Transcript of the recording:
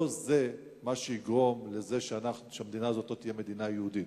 לא זה מה שיגרום לזה שהמדינה הזאת לא תהיה מדינה יהודית.